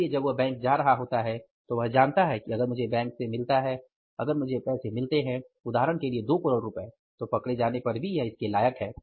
इसलिए जब वह बैंक जा रहा होता है तो वह जानता है कि अगर मुझे बैंक से मिलता है उदाहरण के लिए दो करोड़ रुपये तो पकडे जाने पर भी यह इसके लायक है